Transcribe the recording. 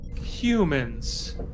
Humans